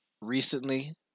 recently